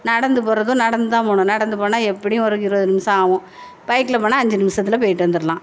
நடந்து போகிறதுவோ நடந்து தான் போகணும் நடந்து போனோம்னா எப்படியும் ஒரு இருபது நிமிடம் ஆகும் பைக்கில் போனால் அஞ்சு நிமிஷத்தில் போயிட்டு வந்துடலாம்